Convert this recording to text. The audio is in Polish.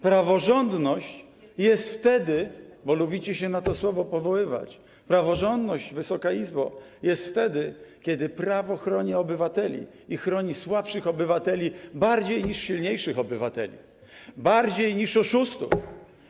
Praworządność jest wtedy - bo lubicie się na to słowo powoływać - praworządność, Wysoka Izbo, jest wtedy, kiedy prawo chroni obywateli i słabszych obywateli chroni bardziej niż silniejszych obywateli, bardziej niż oszustów.